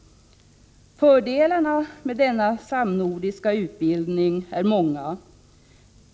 Fördelarna med denna samnordiska utbildning är många.